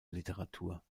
literatur